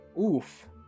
Oof